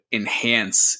enhance